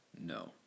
no